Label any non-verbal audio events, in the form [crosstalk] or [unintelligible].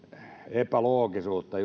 epäloogisuutta [unintelligible]